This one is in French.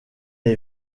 est